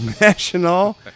National